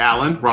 Alan